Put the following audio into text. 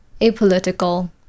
apolitical